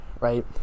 right